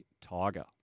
Tiger